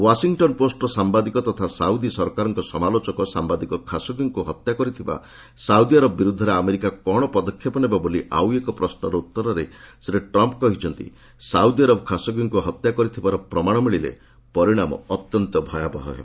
Washington ପୋଷ୍ଟର ସାମ୍ବାଦିକ ତଥା ସାଉଦୀ ସରକାରଙ୍କର ସମାଲୋଚକ ସାମ୍ବାଦିକ ଖାସୋଗୀଙ୍କୁ ହତ୍ୟା କରିଥିବା ସାଉଦି ଆରବ ବିରୂଦ୍ଧରେ ଆମେରିକା କ'ଣ ପଦକ୍ଷେପ ନେବ ବୋଲି ଆଉ ଏକ ପଶୁର ଉତ୍ତତରରେ ଶ୍ରୀ ଟ୍ରମ୍ପ୍ କହିଛନ୍ତି ସାଉଦୀ ଆରବ ଖାସୋଗୀଙ୍କୁ ହତ୍ୟା କରିଥିବାର ପ୍ରମାଣ ମିଳିଲେ ପରିଣାମ ଅତ୍ୟନ୍ତ ଭୟାବହ ହେବ